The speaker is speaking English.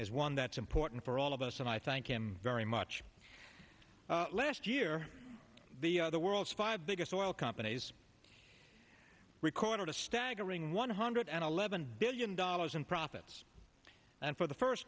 is one that's important for all of us and i thank him very much last year the other worlds five biggest oil companies recorded a staggering one hundred and eleven billion dollars in profits and for the first